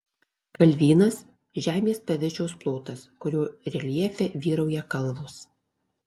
kalvynas žemės paviršiaus plotas kurio reljefe vyrauja kalvos